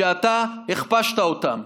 שאתה הכפשת אותם.